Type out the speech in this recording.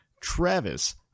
Travis